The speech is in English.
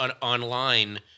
online